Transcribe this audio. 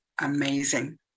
amazing